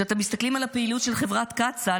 כשמסתכלים על הפעילות של חברת קצא"א